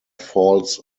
falls